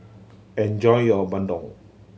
enjoy your bandung